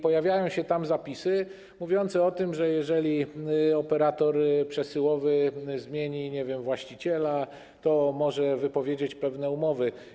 Pojawiają się tam zapisy mówiące o tym, że jeżeli operator przesyłowy zmieni właściciela, to może wypowiedzieć pewne umowy.